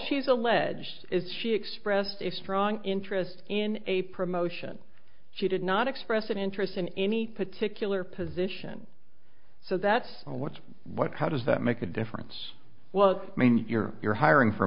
she's alleged she expressed its strong interest in a promotion she did not express an interest in any particular position so that's what's what how does that make a difference well i mean you're you're hiring for